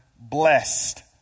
blessed